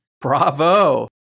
Bravo